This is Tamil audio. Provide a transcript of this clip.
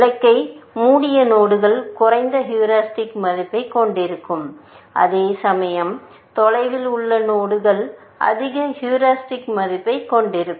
இலக்கை மூடிய நோடுகள் குறைந்த ஹூரிஸ்டிக்மதிப்பைக் கொண்டிருக்கும் அதேசமயம் தொலைவில் உள்ள நோடுகள் அதிக ஹூரிஸ்டிக் மதிப்பைக் கொண்டிருக்கும்